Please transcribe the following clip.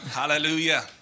Hallelujah